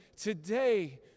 Today